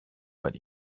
what